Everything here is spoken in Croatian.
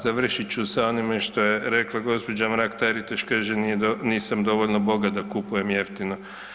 Završit ću sa onime što je rekla gđa. Mrak-Taritaš, kaže nisam dovoljno bogat da kupujem jeftino.